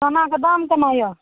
सामाके दाम केना यऽ